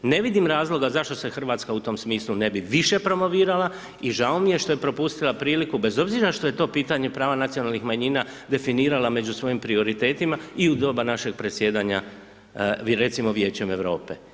Ne vidim razloga zašto se Hrvatska u tom smislu ne bi više promovirala i žao mi je što je propustila priliku, bez obzira što je to pitanje prava nacionalnih manjina definirala među svojim prioritetima i u doba našeg predsjedanja, recimo Vijećem Europe.